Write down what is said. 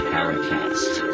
Paracast